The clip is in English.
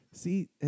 See